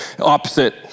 Opposite